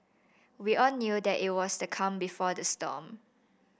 we all knew that it was the calm before the storm